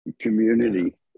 Community